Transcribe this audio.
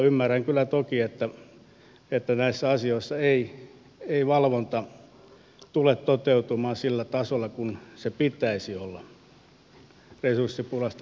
ymmärrän kyllä toki että näissä asioissa ei valvonta tule toteutumaan sillä tasolla kuin sen pitäisi resurssipulasta johtuen